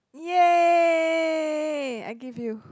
!yay! I give you